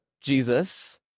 Jesus